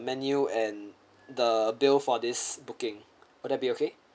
menu and the bill for this booking will that be okay